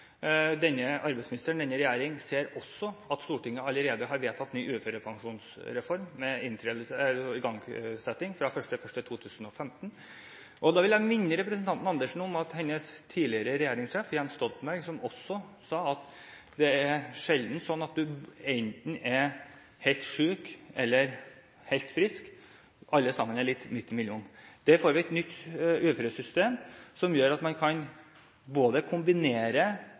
Denne arbeidsministeren, denne regjeringen, ser også at Stortinget allerede har vedtatt ny uførepensjonsreform med igangsetting fra den 1. januar 2015. Jeg vil minne representanten Karin Andersen om at hennes tidligere regjeringssjef Jens Stoltenberg også sa at det sjelden er sånn at du enten er helt syk eller helt frisk – alle sammen er litt midt imellom. Vi får et nytt uføresystem som gjør at man kan kombinere